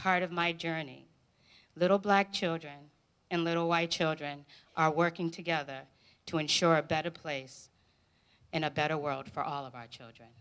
part of my journey little black children and little white children working together to ensure a better place and a better world for all of our children